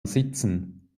sitzen